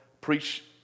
preach